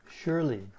surely